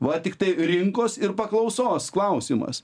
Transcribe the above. va tiktai rinkos ir paklausos klausimas